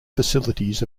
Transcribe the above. facilities